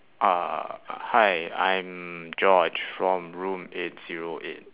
uh hi I'm george from room eight zero eight